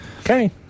Okay